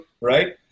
right